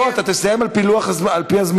לא, אתה תסיים על-פי לוח הזמנים.